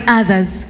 others